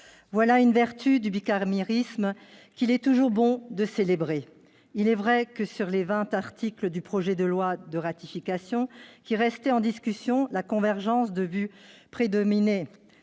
Voilà une vertu du bicamérisme qu'il est toujours bon de célébrer. Il est vrai que, sur les vingt articles du projet de loi de ratification qui restaient en discussion, la convergence de vues prédominait.